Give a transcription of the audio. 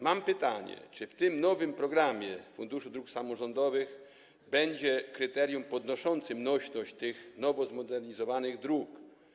Mam pytanie: Czy w tym nowym programie Funduszu Dróg Samorządowych będzie kryterium podnoszące nośność tych nowo zmodernizowanych dróg?